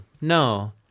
No